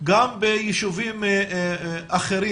גם ביישובים אחרים,